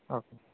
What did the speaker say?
okay